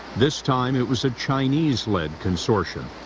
this time it was a chinese-led consortium.